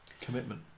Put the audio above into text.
Commitment